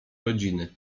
rodziny